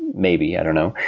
maybe, i don't know,